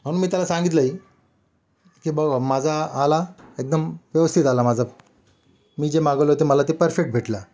म्हणून मी त्याला सांगितलंही की बघ बा माझा आला एकदम व्यवस्थित आला माझा मी जे मागवलं होते मला ते परफेक्ट भेटला